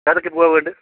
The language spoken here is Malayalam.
ഏതൊക്കെ പൂവാണ് വേണ്ടത്